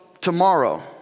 tomorrow